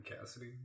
Cassidy